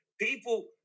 People